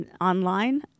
online